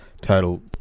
total